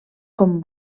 com